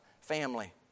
Family